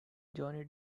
johnny